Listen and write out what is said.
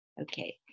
Okay